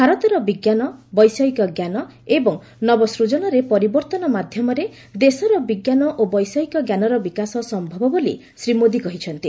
ଭାରତର ବିଜ୍ଞାନ ବୈଷୟିକ ଜ୍ଞାନ ଏବଂ ନବସ୍କଜନରେ ପରିବର୍ତ୍ତନ ମାଧ୍ୟମରେ ଦେଶର ବିଜ୍ଞାନ ଓ ବୈଷୟିକ ଜ୍ଞାନର ବିକାଶ ସମ୍ଭବ ବୋଲି ଶ୍ରୀ ମୋଦି କହିଛନ୍ତି